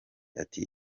ati